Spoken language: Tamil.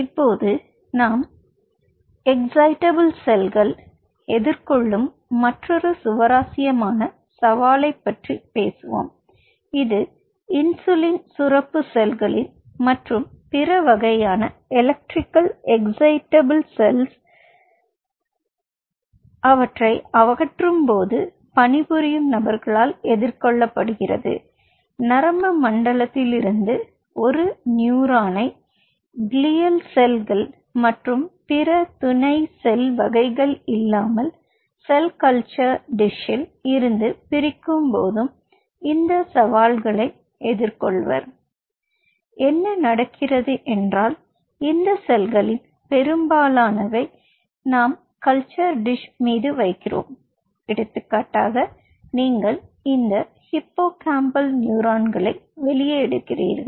இப்போது நாம் எக்சிடபிள் செல்கள் எதிர்கொள்ளும் மற்றொரு சுவாரஸ்யமான சவாலைப் பற்றி பேசுவோம் இது இன்சுலின் சுரப்பு செல்களில் மற்றும் பிற வகையான எலக்ட்ரிகல் எக்சிடேபிள் செல்களை அகற்றும் போது பணிபுரியும் நபர்களால் எதிர்கொள்ளப்படுகிறது நரம்பு மண்டலத்திலிருந்து ஒரு நியூரானை க்ளீயல் செல்கள் மற்றும் பிற துணை செல் வகைகள் இல்லாமல் செல் கல்ச்சர் டிஷ்ஷில் இருந்து பிரிக்கும் போதும் இந்த சவால்களை எதிர்கொள்வர் என்ன நடக்கிறது என்றால் இந்த செல்களில் பெரும்பாலானவை நாம் கல்ச்சர் டிஷ் மீது வைக்கிறோம் எடுத்துக்காட்டாக நீங்கள் இந்த ஹிப்போகாம்பல் நியூரான்களை வெளியே எடுக்கிறீர்கள்